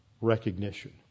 recognition